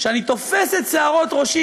שאני תופס את שערות ראשי,